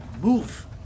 move